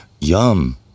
Yum